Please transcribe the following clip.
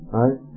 right